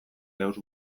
deus